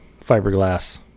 fiberglass